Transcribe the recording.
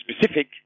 specific